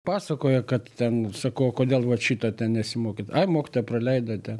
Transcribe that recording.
pasakoja kad ten sakau o kodėl vat šito ten nesimokėt ai mokytoja praleido ten